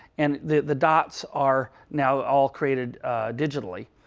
and the the dots are now all created digitally.